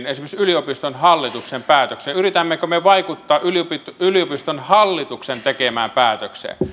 esimerkiksi yliopiston hallituksen päätökseen yritämmekö me vaikuttaa yliopiston hallituksen tekemään päätökseen